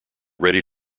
ready